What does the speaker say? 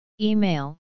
Email